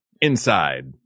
inside